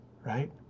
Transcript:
right